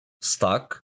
stuck